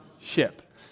Ship